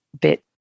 bit